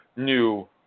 New